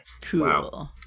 Cool